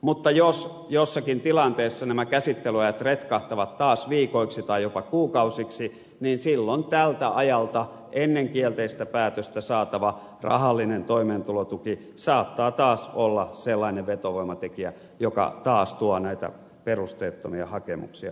mutta jos jossakin tilanteessa nämä käsittelyajat retkahtavat taas viikoiksi tai jopa kuukausiksi niin silloin tältä ajalta ennen kielteistä päätöstä saatava rahallinen toimeentulotuki saattaa taas olla sellainen vetovoimatekijä joka taas tuo näitä perusteettomia hakemuksia suomeen käsiteltäväksi